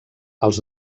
els